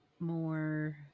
more